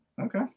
Okay